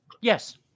Yes